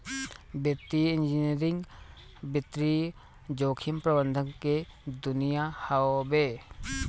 वित्तीय इंजीनियरिंग वित्तीय जोखिम प्रबंधन के दुनिया हवे